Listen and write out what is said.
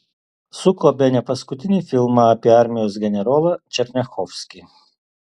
suko bene paskutinį filmą apie armijos generolą černiachovskį